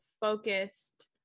focused